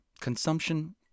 consumption